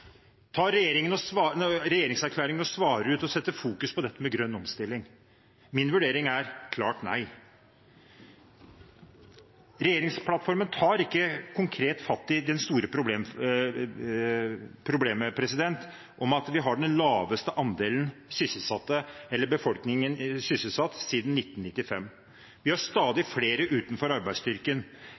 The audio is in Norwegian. Tar den tak i omstillingsproblematikken? Tar regjeringserklæringen og svarer ut og fokuserer på dette med grønn omstilling? Min vurdering er klart nei. Regjeringsplattformen tar ikke konkret fatt i det store problemet med at vi har den laveste andelen sysselsatte i befolkningen siden 1995. Vi har stadig flere utenfor arbeidsstyrken.